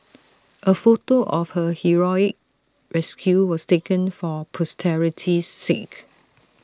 A photo of her heroic rescue was taken for posterity's sake